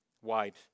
white